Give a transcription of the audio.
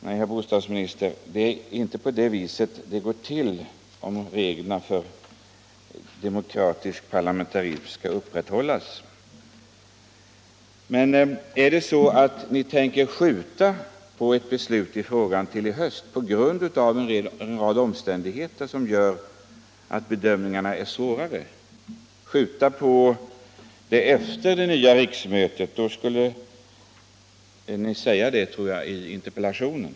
Nej, herr bostadsminister, det är inte på det sättet det skall gå till, om reglerna för demokratisk parlamentarism skall följas. Eller är det så att ni, på grund av alla de omständigheter som gör det svårt att klara dessa bedömningar, tänker skjuta beslutet i frågan till i höst, efter det nya riksmötets öppnande? I så fall skulle ni, tror jag, ha sagt det i svaret.